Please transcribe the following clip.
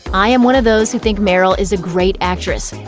i am one of those who think meryl is a great actress.